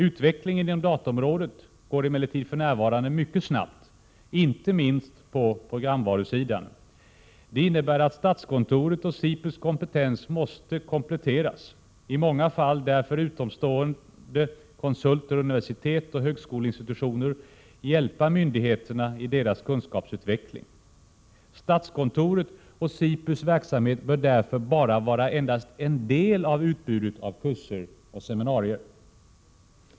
Utvecklingen inom datorområdet går emellertid för närvarande mycket snabbt, inte minst på programvarusidan. Det innebär att statskontoret och SIPU:s kompetens måste kompletteras. I många fall kan därför utomstående konsulter, universitet och högskoleinstitutioner hjälpa myndigheterna i deras kunskapsutveckling. Statskontoret och SIPU:s verksamhet bör därför vara endast en del av utbudet av kurser och seminarier.